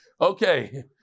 Okay